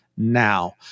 Now